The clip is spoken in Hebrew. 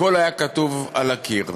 הכול היה כתוב על הקיר.